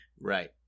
right